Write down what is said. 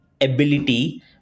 ability